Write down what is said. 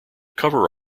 cover